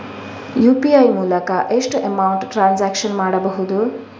UPI ಮೂಲಕ ಎಷ್ಟು amount transaction ಮಾಡಬಹುದು?